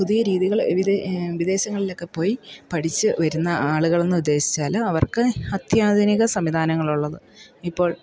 പുതിയ രീതികൾ വിദേശങ്ങളിലൊക്കെ പോയി പഠിച്ച് വരുന്ന ആളുകളെന്ന് ഉദ്ദേശിച്ചാൽ അവർക്ക് അത്യാധുനിക സംവിധാനങ്ങളുള്ളത് ഇപ്പോൾ